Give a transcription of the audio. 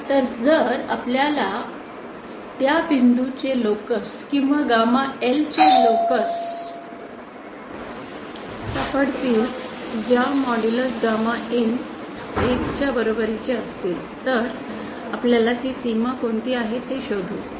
तर जर आपल्याला त्या बिंदूंचे लोकस किंवा गामा L चे लोकस सापडतील ज्या मॉड्यूलस गामा IN 1 च्या बरोबरीचे असतील तर आपल्याला ती सीमा कोणती आहे ते शोधू